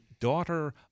daughter